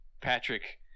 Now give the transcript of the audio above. Patrick